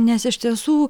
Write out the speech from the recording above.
nes iš tiesų